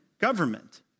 government